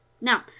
Now